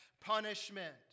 punishment